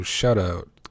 Shout-out